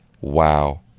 Wow